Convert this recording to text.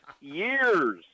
years